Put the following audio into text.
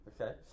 okay